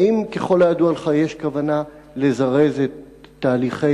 האם ככל הידוע לך יש כוונה לזרז את תהליכי